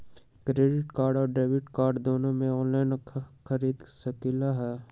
Credit card और debit card दोनों से ऑनलाइन खरीद सकली ह?